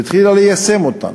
והתחילה ליישם אותם.